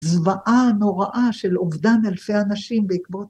זוועה נוראה של אובדן אלפי אנשים בעקבות.